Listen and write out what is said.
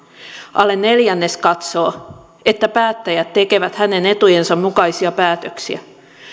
alle neljännes katsoo että päättäjät tekevät hänen etujensa mukaisia päätöksiä